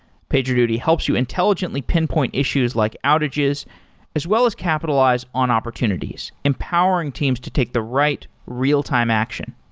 pagerduty helps you intelligently pinpoint issues like outages as well as capitalize on opportunities empowering teams to take the right real-time action.